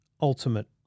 ultimate